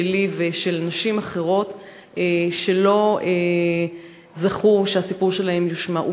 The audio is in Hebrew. שלי ושל נשים אחרות שלא זכו שהסיפור שלהן יושמע,